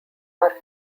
are